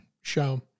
show